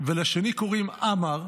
ולשני קוראים עמר,